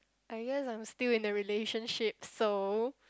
I guess I'm still in a relationship so